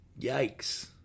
Yikes